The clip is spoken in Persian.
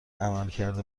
عملکرد